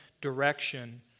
direction